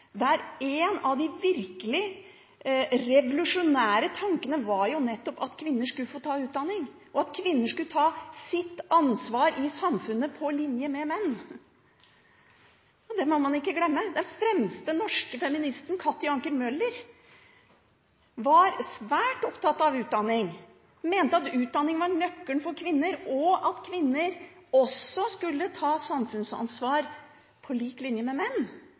der en av de virkelig revolusjonære tankene jo nettopp var at kvinner skulle få ta utdanning, og at kvinner skulle ta sitt ansvar i samfunnet på linje med menn. Det må man ikke glemme. Den fremste norske feministen, Katti Anker Møller, var svært opptatt av utdanning. Hun mente at utdanning var nøkkelen for kvinner, og at kvinner skulle ta samfunnsansvar på lik linje med menn.